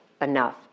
enough